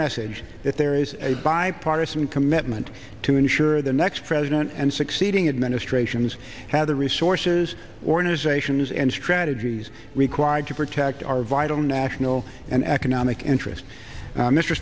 message that there is a bipartisan commitment to ensure the next president and succeeding administrations have the resources organizations and strategies required to protect our vital national and economic interest